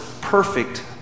perfect